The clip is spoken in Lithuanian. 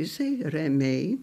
jisai ramiai